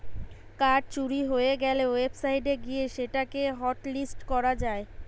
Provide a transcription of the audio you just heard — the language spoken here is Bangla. কার্ড চুরি হয়ে গ্যালে ওয়েবসাইট গিয়ে সেটা কে হটলিস্ট করা যায়